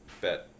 Bet